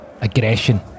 Aggression